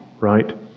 right